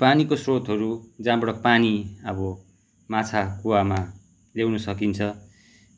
पानीको स्रोतहरू जहाँबाट पानी अब माछा कुवामा ल्याउनु सकिन्छ